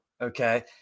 okay